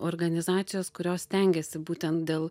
organizacijos kurios stengiasi būtent dėl